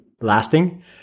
lasting